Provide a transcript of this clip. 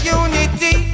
unity